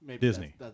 disney